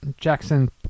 Jackson